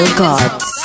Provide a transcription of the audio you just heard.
gods